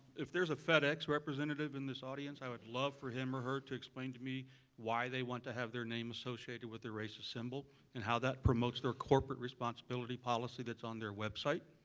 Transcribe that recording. if there's a fed ex representative in this audience i would love for him or her to explain to me why they want to have their name associated with a racist symbol and how that promotes their corporate responsibility policy that's on their website,